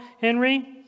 Henry